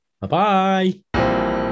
Bye-bye